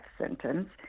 sentence